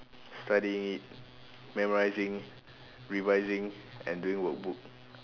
studying it memorising revising and doing workbook